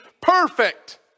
perfect